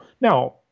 Now